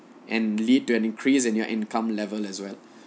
and lead to an increase in your income level as well